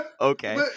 okay